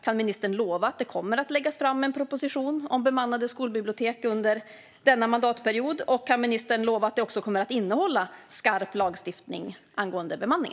Kan ministern lova att det kommer att läggas fram en proposition om bemannade skolbibliotek under denna mandatperiod? Kan ministern lova att den också kommer att innehålla förslag om skarp lagstiftning angående bemanning?